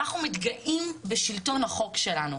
אנחנו מתגאים בשלטון החוק שלנו,